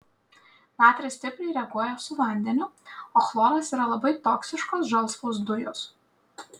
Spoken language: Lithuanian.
natris stipriai reaguoja su vandeniu o chloras yra labai toksiškos žalsvos dujos